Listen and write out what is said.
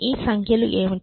ఈ సంఖ్యలు ఏమిటి